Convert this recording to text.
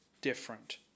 different